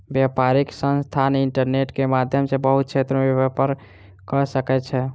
व्यापारिक संस्थान इंटरनेट के माध्यम सॅ बहुत क्षेत्र में व्यापार कअ सकै छै